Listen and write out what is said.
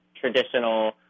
traditional